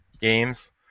games